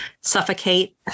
suffocate